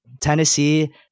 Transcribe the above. Tennessee